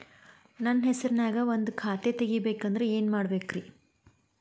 ನನ್ನ ಹೆಸರನ್ಯಾಗ ಒಂದು ಖಾತೆ ತೆಗಿಬೇಕ ಅಂದ್ರ ಏನ್ ಮಾಡಬೇಕ್ರಿ?